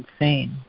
insane